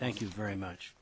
thank you very much